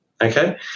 Okay